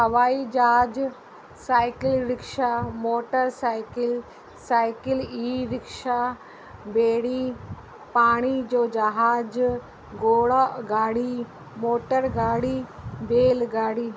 हवाई जहाज cycle rickshaw motor cycle cycle e rickshaw ॿेड़ी पाणी जो जहाज घोड़ा गाड़ी मोटर गाड़ी बैल गाड़ी